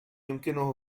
يمكنه